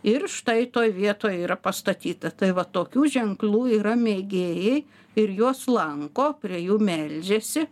ir štai toj vietoj yra pastatyta tai va tokių ženklų yra mėgėjai ir juos lanko prie jų meldžiasi